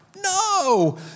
No